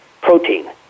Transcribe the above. Protein